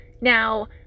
Now